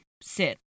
sit